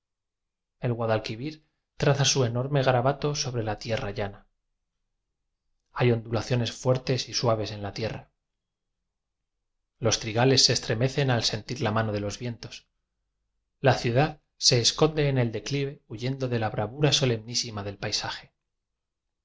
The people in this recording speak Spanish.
guadalquivir traza su enorme garabato sobre la tierra llana hay ondulaciones fuertes y suaves en la tierra los trigales se estremecen al sentir la mano de los vientos la ciudad se esconde en el declive huyendo de la bravura solemnísima del paisaje